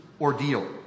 ordeal